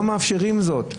לא מאפשרים זאת.